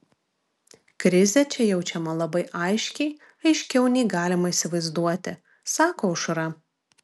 krizė čia jaučiama labai aiškiai aiškiau nei galima įsivaizduoti sako aušra